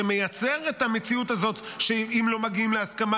שמייצרת את המציאות הזאת שאם לא מגיעים להסכמה,